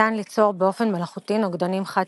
ניתן ליצור באופן מלאכותי נוגדנים חד